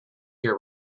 your